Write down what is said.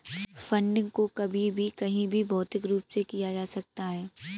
funding को कभी भी कहीं भी भौतिक रूप से किया जा सकता है